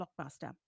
Blockbuster